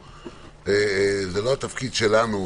זה לא התפקיד שלנו,